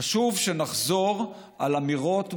חשוב שנחזור על אמירות מוסריות,